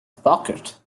pocket